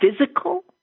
physical